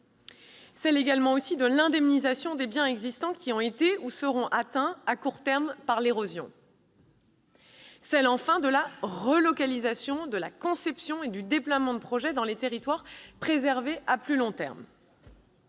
de la question de l'indemnisation des biens existants qui ont été ou seront atteints à court terme par l'érosion et, enfin, de la question de relocalisation, de la conception et du déploiement de projets dans les territoires préservés à plus long terme.